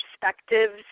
perspectives